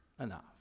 enough